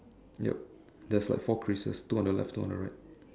yup there's like four creases two on the left two on the right